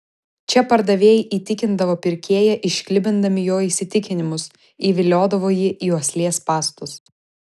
čia pardavėjai įtikindavo pirkėją išklibindami jo įsitikinimus įviliodavo jį į uoslės spąstus